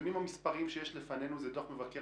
הנתונים המספריים שיש לפנינו זה דוח מבקר